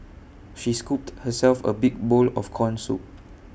she scooped herself A big bowl of Corn Soup